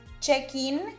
check-in